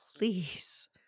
Please